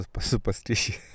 superstitious